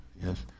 yes